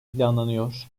planlanıyor